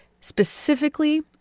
specifically